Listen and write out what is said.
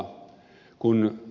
kuten ed